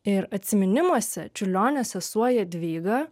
ir atsiminimuose čiurlionio sesuo jadvyga